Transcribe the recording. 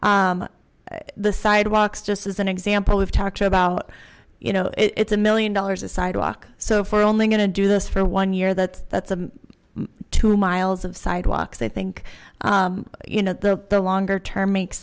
the sidewalks just as an example we've talked about you know it's a million dollars a sidewalk so for only going to do this for one year that that's a two miles of sidewalks i think you know the longer term makes